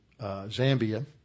Zambia